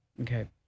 Okay